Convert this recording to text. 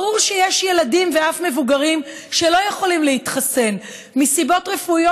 ברור שיש ילדים ואף מבוגרים שלא יכולים להתחסן מסיבות רפואיות,